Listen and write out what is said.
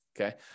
Okay